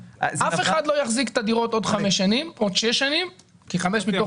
אף אחד לא יחזיק את הדירות עוד חמש שנים או עוד שש שנים - כי חמש מתוך